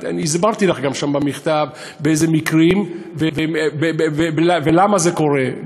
אני הסברתי לך גם שם במכתב באילו מקרים מדובר ולמה זה קורה,